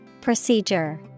Procedure